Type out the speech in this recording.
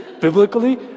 biblically